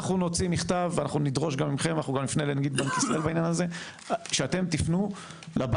משרת את המדינה כחייל בודד, אתם לא מוכנים ללכת